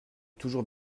toujours